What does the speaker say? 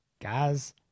guys